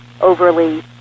overly